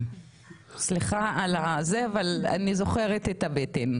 במתפ"ש שלנו אין את היכולת להבין אותן.